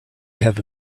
have